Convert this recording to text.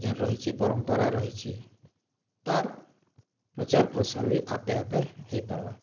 ଯେନ୍ ରହିଛେ ପରମ୍ପରା ରହିଛେ ତାର୍ ପ୍ରଚାର୍ ପ୍ରସାର୍ ବି ଆପେ ଆପେ ହେଇପାର୍ବା